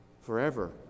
Forever